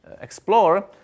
explore